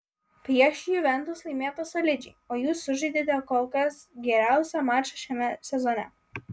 prieš juventus laimėta solidžiai o jūs sužaidėte kol kas geriausią mačą šiame sezone